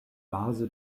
bazo